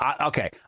Okay